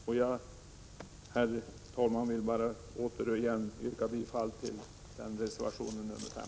Herr talman! Jag vill åter yrka bifall till reservation 15.